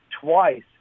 twice